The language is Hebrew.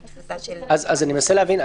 עם תפוסה של --- אני מנסה להבין,